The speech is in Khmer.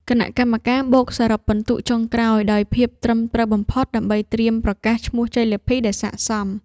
គណៈកម្មការបូកសរុបពិន្ទុចុងក្រោយដោយភាពត្រឹមត្រូវបំផុត ដើម្បីត្រៀមប្រកាសឈ្មោះជ័យលាភីដែលស័ក្តិសម។